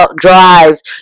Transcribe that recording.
drives